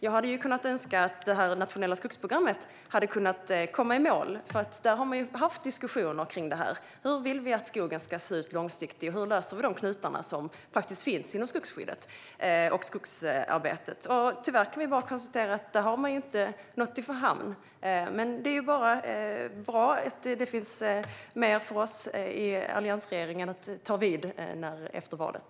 Jag hade önskat att det nationella skogsprogrammet hade kunnat komma i mål, för där har man haft diskussioner kring hur vi vill att skogen ska se ut långsiktigt och hur vi löser de knutar som finns inom skogsskyddet och skogsarbetet. Tyvärr kan jag bara konstatera att där har man inte kommit i hamn. Men det gör att det finns mer för oss i alliansregeringen att ta tag i efter valet.